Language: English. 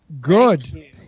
good